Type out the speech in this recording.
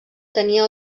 tenia